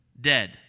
Dead